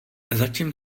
zatím